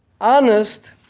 honest